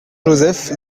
joseph